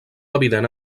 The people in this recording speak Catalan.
evident